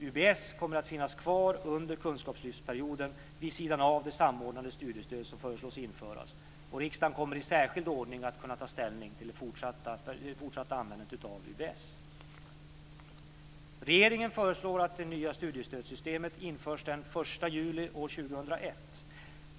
UBS kommer att finnas kvar under kunskapslyftsperioden vid sidan av det samordnade studiestöd som föreslås införas. Riksdagen kommer att i särskild ordning kunna ta ställning till det fortsatta användandet av UBS. Regeringen föreslår att det nya studiestödssystemet införs den 1 juli 2001.